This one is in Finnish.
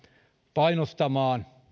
painostamaan